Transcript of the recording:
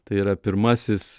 tai yra pirmasis